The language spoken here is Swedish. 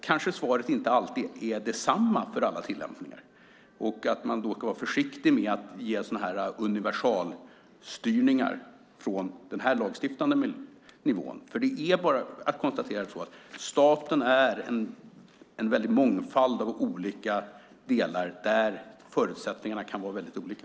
Kanske svaret inte alltid är detsamma för alla tillämpningar och att man då ska vara försiktig med att ge sådana här universalstyrningar från den lagstiftande nivån. Det är bara att konstatera att staten är en väldig mångfald av olika delar där förutsättningarna kan vara väldigt olika.